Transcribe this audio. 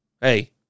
Hey